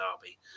derby